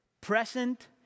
present